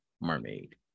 mermaid